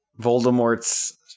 Voldemort's